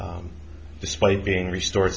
despite being restored